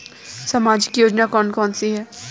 सामाजिक योजना कौन कौन सी हैं?